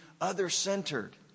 other-centered